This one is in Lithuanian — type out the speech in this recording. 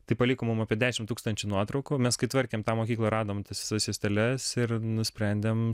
tai paliko mum apie dešim tūkstančių nuotraukų mes kai tvarkėm tą mokyklą radom tas visas juosteles ir nusprendėm